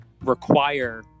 require